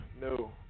No